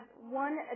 one